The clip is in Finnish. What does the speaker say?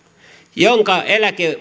jonka eläke